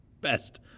Best